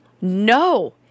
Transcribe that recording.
No